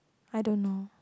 I don't know